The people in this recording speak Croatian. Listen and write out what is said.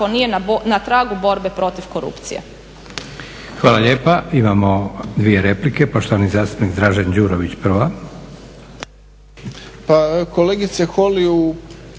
nije na tragu borbe protiv korupcije. **Leko, Josip (SDP)** Hvala lijepa. Imamo dvije replike. Poštovani zastupnik Dražen Đurović prva. **Đurović, Dražen